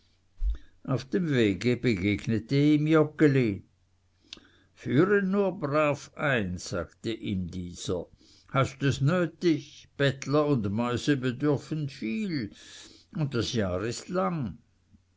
auf dem wege begegnete ihm joggeli führe nur brav ein sagte ihm dieser hast es nötig bettler und mäuse bedürfen viel und das jahr ist lang